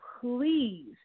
please